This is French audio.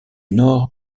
nord